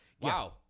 wow